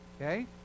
Okay